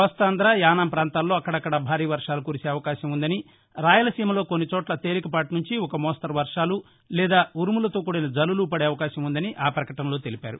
కోస్తాంధ్ర యానాం పాంతాల్లో అక్కడక్కడ భారీ వర్వాలు కురిసే అవకాశం వుందని రాయలసీమలో కొన్ని చోట్ల తేలికపాటి నుంచి ఒక మోస్తరు వర్వాలు లేదా ఉరుములతో కూడిన జల్లులు పడే అవకాశం వుందని ఆ ప్రకటనలో తెలిపారు